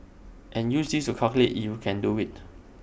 and use this to calculate if you can do IT